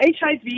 HIV